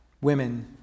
women